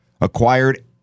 acquired